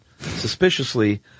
suspiciously